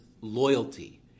loyalty